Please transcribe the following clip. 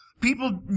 People